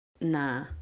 nah